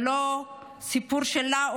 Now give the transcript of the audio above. הסיפור שלה,